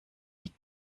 die